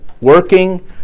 working